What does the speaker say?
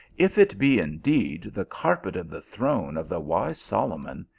if it be indeed the carpet of the throne of the wise solomon,